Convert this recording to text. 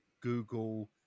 Google